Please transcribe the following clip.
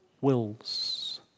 wills